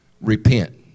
repent